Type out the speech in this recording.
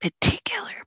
particular